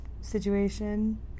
situation